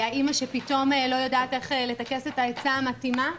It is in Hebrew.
האמא שפתאום לא יודעת איך לטכס את העצה המתאימה,